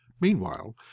meanwhile